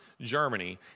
Germany